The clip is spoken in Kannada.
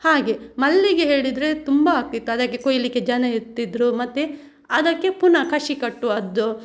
ಹಾಗೆ ಮಲ್ಲಿಗೆ ಹೇಳಿದರೆ ತುಂಬ ಆಗ್ತಿತ್ತು ಅದಕ್ಕೆ ಕೊಯ್ಯಲಿಕ್ಕೆ ಜನ ಇರ್ತಿದ್ದರು ಮತ್ತೆ ಅದಕ್ಕೆ ಪುನಃ ಕಸಿ ಕಟ್ಟುವದು